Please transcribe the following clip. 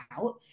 out